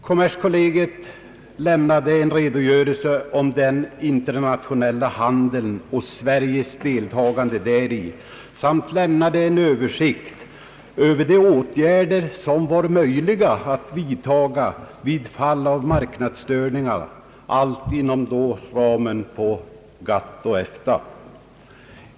Kommerskollegium lämnade en redogörelse för den internationella handeln och Sveriges deltagande däri och gav en Översikt över de åtgärder som var möjliga att vidtaga vid fall av marknadsstörningar, allt inom ramen för GATT och EFTA.